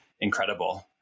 incredible